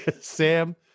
Sam